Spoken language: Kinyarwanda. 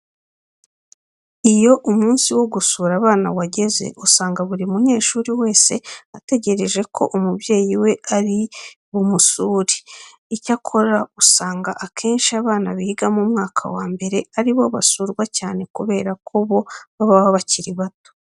Iyo umunsi wo gusura abana wageze usanga buri munyeshuri wese ategereje ko umubyeyi we ari bumusuro. Icyakora usanga akenshi abana biga mu mwaka wa mbere ari bo basurwa cyane kubera ko bo baba bakiri bato.